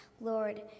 Lord